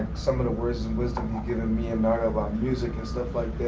some of the words and wisdom he'd given me and gnarl our music and stuff like that,